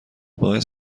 باعث